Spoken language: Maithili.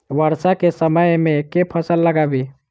वर्षा केँ समय मे केँ फसल लगाबी?